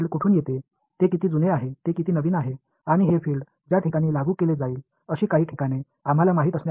இந்த புலம் எங்கிருந்து வருகிறது அது எவ்வளவு பழையது எவ்வளவு புதியது மற்றும் இந்த புலம் பயன்படுத்தப்படும் சில இடங்களை நாம் தெரிந்து கொள்ள வேண்டும்